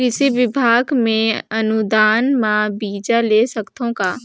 कृषि विभाग ले अनुदान म बीजा ले सकथव का?